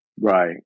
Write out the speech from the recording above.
Right